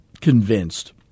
convinced